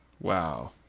Wow